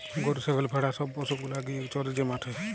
গরু ছাগল ভেড়া সব পশু গুলা গিয়ে চরে যে মাঠে